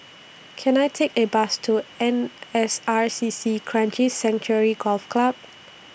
Can I Take A Bus to N S R C C Kranji Sanctuary Golf Club